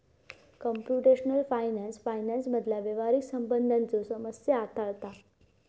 computational finance फायनान्समधला व्यावहारिक हितसंबंधांच्यो समस्या हाताळता